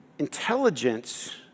Intelligence